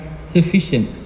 sufficient